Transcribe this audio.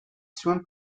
zuen